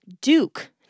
Duke